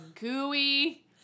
gooey